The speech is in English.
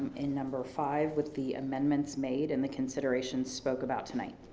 in number five with the amendments made and the considerations spoke about tonight.